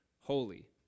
holy